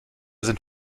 sind